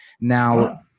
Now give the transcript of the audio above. Now